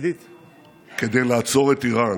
כדי לעצור את איראן